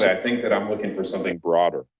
i think that i'm looking for something broader,